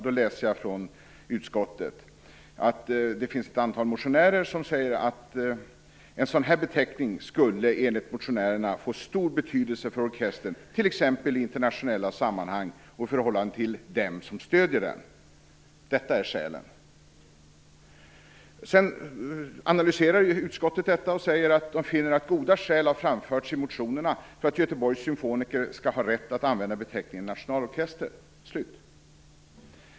Då läser jag från betänkandet att det finns ett antal motionärer som säger att: "En sådan beteckning skulle enligt motionerna få stor betydelse för orkestern i t.ex. internationella sammanhang och i förhållande till dem som stödjer den." Detta är skälen. Sedan analyserar utskottet detta och säger att de "finner att goda skäl har framförts i motionerna för att Göteborgs Symfoniker skall ha rätt att använda beteckningen nationalorkester".